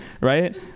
Right